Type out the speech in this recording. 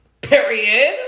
period